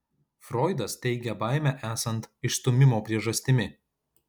froidas teigia baimę esant išstūmimo priežastimi